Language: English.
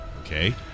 Okay